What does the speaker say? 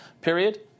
period